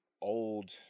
old